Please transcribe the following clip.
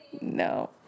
No